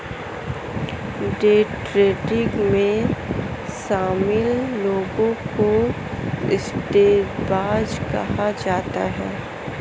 day trading में शामिल लोगों को सट्टेबाज कहा जाता है